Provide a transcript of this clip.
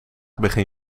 begin